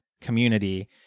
community